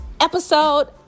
episode